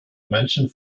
manchen